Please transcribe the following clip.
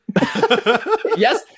Yes